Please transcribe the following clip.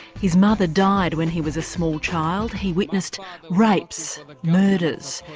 his mother died when he was a small child, he witnessed rapes, murders,